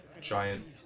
Giant